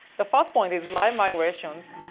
the first point is live migrations.